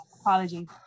Apologies